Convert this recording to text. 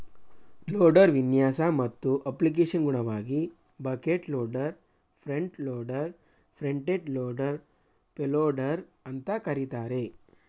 loader ವಿನ್ಯಾಸ ಮತ್ತು ಅಪ್ಲಿಕೇಶನ್ಗನುಗುಣವಾಗಿ bucket loader front loader front end loader payloader ಅಂತ ಕರೀತಾರೆ